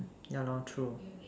yeah lor true